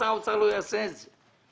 שר האוצר לא יעשה את זה.